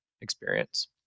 experience